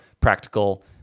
practical